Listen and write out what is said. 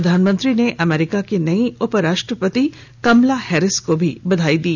प्रधानमंत्री ने अमरीका की नई उपराष्ट्रपति कमला हैरिस को भी बधाई दी